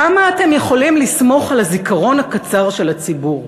כמה אתם יכולים לסמוך על הזיכרון הקצר של הציבור?